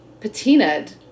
patinaed